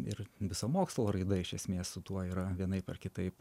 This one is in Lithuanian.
ir visa mokslo raida iš esmės su tuo yra vienaip ar kitaip